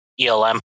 ELM